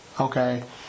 okay